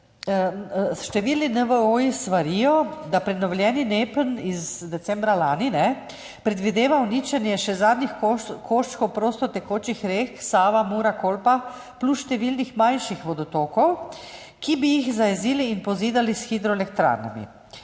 številni NVO svarijo, da prenovljeni NEPN iz decembra lani predvideva uničenje še zadnjih koščkov prostotekočih rek Save, Mure, Kolpe plus številnih manjših vodotokov, ki jih bi zajezili in pozidali s hidroelektrarnami.